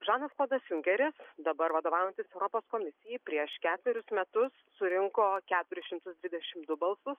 žanas klodas junkeris dabar vadovaujantis europos komisijai prieš ketverius metus surinko keturis šimtus dvidešim du balsus